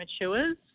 matures